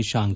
Nishank